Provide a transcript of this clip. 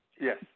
Yes